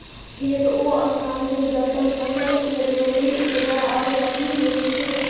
खेत ओ स्थान छै जतय फसल केर रोपणी, उपजा आओर कटनी होइत छै